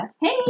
Hey